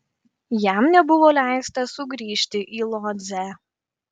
jam nebuvo leista sugrįžti į lodzę